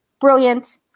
Brilliant